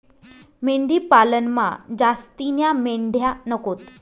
मेंढी पालनमा जास्तीन्या मेंढ्या नकोत